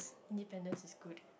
independence is good